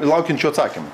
laukiančių atsakymų